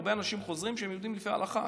הרבה אנשים חוזרים שהם יהודים לפי ההלכה.